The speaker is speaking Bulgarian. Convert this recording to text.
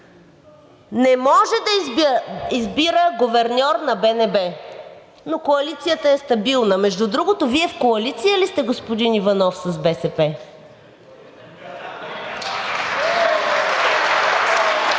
не може да избира гуверньор на БНБ, но коалицията е стабилна. Между другото, Вие в коалиция ли сте, господин Иванов, с БСП?